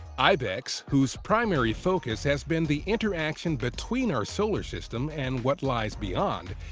ibex, whose primary focus has been the interaction between our solar system and what lies beyond,